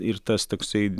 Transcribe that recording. ir tas toksai